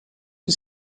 que